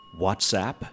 WhatsApp